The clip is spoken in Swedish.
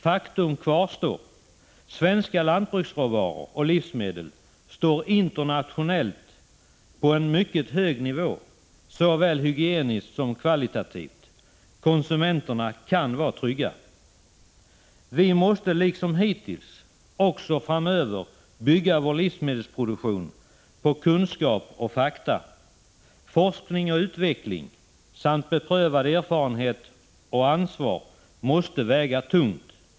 Faktum kvarstår: Svenska lantbruksråvaror och livsmedel står internationellt på en mycket hög nivå såväl hygieniskt som kvalitativt. Konsumenterna kan vara trygga. Vi måste, liksom hittills, också framöver bygga vår livsmedelsproduktion på kunskap och fakta. Forskning och utveckling samt beprövad erfarenhet och ansvar måste väga tungt.